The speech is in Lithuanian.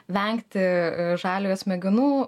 vengti žaliojo smegenų